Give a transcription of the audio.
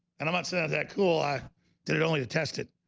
and i might say that cool. i did it only attested.